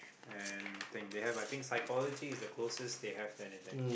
and thing they have I think psychology is the closest they have to anything